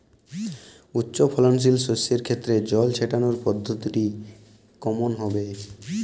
উচ্চফলনশীল শস্যের ক্ষেত্রে জল ছেটানোর পদ্ধতিটি কমন হবে?